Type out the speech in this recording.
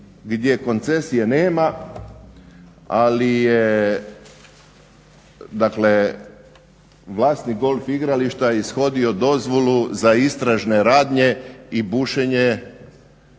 gdje koncesije nema ali je vlasnik golf igrališta ishodio dozvolu za istražne radnje i bušenje bušotina